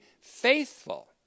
Faithful